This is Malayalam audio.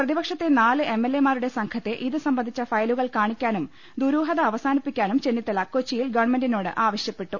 പ്രതിപക്ഷത്തെ നാല് എം എൽ എമാരുടെ സംഘത്തെ ഇത് സംബന്ധിച്ച ഫയലുകൾ കാണി ക്കാനും ദുരൂഹത അവസാനിപ്പിക്കാനും ചെന്നിത്തല കൊച്ചി യിൽ ഗവൺമെന്റിനോട് ആവശ്യപ്പെട്ടു